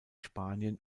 spanien